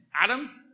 Adam